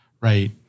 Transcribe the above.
right